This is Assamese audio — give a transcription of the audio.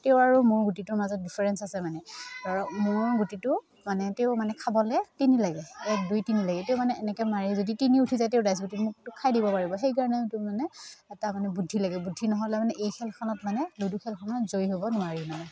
তেওঁৰ আৰু মোৰ গুটিটোৰ মাজত ডিফাৰেঞ্চ আছে মানে ধৰ মোৰ গুটিটো মানে তেওঁৰ মানে খাবলে তিনি লাগে এক দুই তিনি লাগে তেওঁ মানে এনেকৈ মাৰি যদি তিনি উঠি যায় তেওঁ দাইছগুটিতোৱে মোকটো খাই দিব পাৰিব সেইকাৰণে এইটো মানে এটা মানে বুদ্ধি লাগে বুদ্ধি নহ'লে মানে এই খেলখনত মানে লুডু খেলখনত জয়ী হ'ব নোৱাৰি মানে